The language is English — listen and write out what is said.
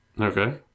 Okay